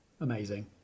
Amazing